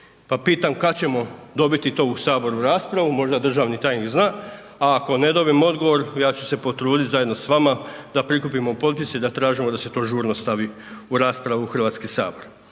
pa pitam kad ćemo dobiti to u HS raspravu, možda državni tajnik zna, a ako ne dobijem odgovor, ja ću se potrudit zajedno s vama da prikupimo potpise i da tražimo da se to žurno stavi u raspravu u HS jer